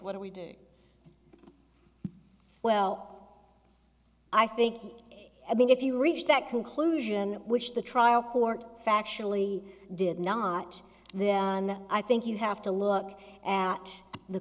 what do we do well i think i mean if you reach that conclusion which the trial court factually did not then i think you have to look at the